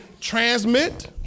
transmit